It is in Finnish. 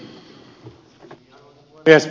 arvoisa puhemies